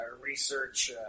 research